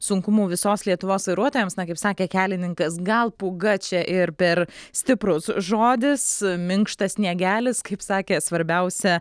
sunkumų visos lietuvos vairuotojams na kaip sakė kelininkas gal pūga čia ir per stiprus žodis minkštas sniegelis kaip sakė svarbiausia